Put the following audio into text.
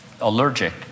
allergic